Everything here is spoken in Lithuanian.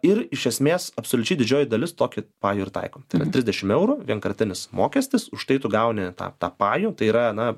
ir iš esmės absoliučiai didžioji dalis tokį pajų ir taiko tai yra trisdešim eurų vienkartinis mokestis už tai tu gauni tą tą pajų tai yra na